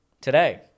today